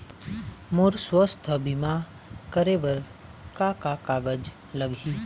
मोर स्वस्थ बीमा करे बर का का कागज लगही?